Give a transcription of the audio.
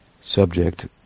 subject